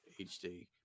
HD